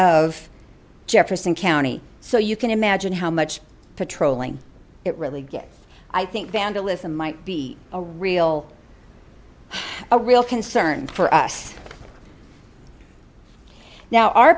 of jefferson county so you can imagine how much patrolling it really gets i think vandalism might be a real a real concern for us now our